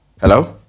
Hello